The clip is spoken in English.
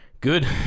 Good